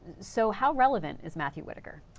so how relevant is matthew whitaker?